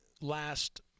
last